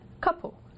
Couple